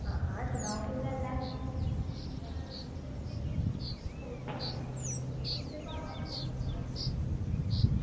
आं हा सनाओ केह् गल्ल ऐ